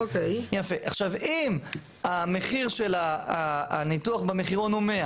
אם המחיר של הניתוח במחירון הוא 100